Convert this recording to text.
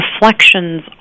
reflections